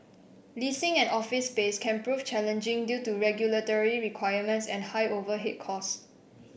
leasing an office space can prove challenging due to regulatory requirements and high overhead costs